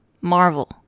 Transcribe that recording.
Marvel